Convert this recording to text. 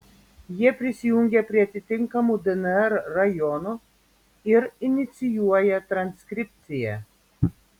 jie prisijungia prie atitinkamų dnr rajonų ir inicijuoja transkripciją